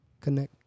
connect